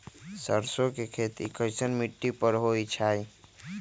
सरसों के खेती कैसन मिट्टी पर होई छाई?